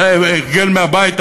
זה היה הרגל מהבית,